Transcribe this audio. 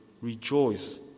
rejoice